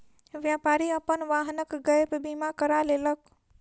व्यापारी अपन वाहनक गैप बीमा करा लेलक